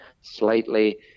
slightly